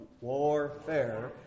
warfare